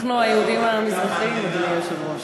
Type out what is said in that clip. אנחנו היהודים המזרחים, אדוני היושב-ראש.